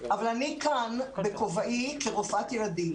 אבל אני כאן בכובעי כרופאת ילדים.